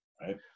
right